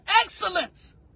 excellence